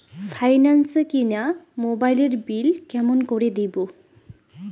Finance এ কিনা মোবাইলের বিল কেমন করে দিবো?